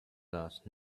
last